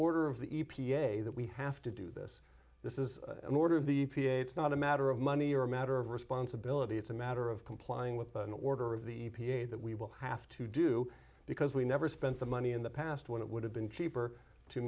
order of the e p a that we have to do this this is an order of the p a it's not a matter of money or a matter of responsibility it's a matter of complying with an order of the e p a that we will have to do because we never spent the money in the past when it would have been cheaper to